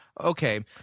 Okay